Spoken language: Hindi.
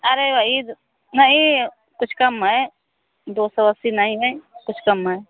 अरे वही नहीं कुछ कम है दो सौ अस्सी नहीं है कुछ कम है